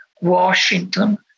Washington